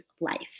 life